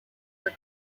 are